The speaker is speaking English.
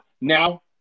Now